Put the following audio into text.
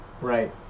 right